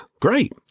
great